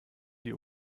die